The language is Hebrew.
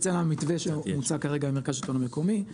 המתווה שנמצא כרגע במרכז לשלטון מקומי.